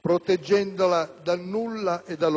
proteggendola dal nulla e dall'oblio.